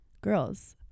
girls